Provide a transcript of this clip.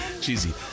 cheesy